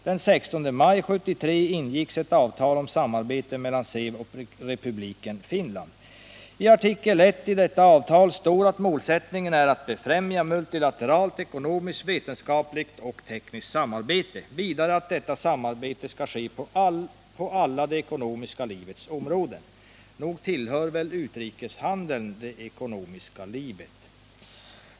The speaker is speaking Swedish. Den 16 maj 1973 ingicks ett avtal om samarbete mellan SEV och republiken Finland. I artikel 1 i detta avtal står att målsättningen är att befrämja multilateralt ekonomiskt, vetenskapligt och tekniskt samarbete. Vidare att detta samarbete skall ske på alla det ekonomiska livets områden. Nog tillhör väl utrikeshandeln det ekonomiska livet?